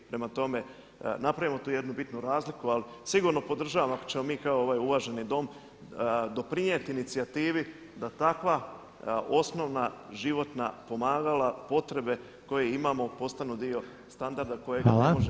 Prema tome, napravimo tu jednu bitnu razliku ali sigurno podržavam ako ćemo mi kao ovaj uvaženi Dom doprinijeti inicijativi da takva osnovna životna pomagala potrebe koje imamo postanu dio standarda kojega ne može nitko ovršiti.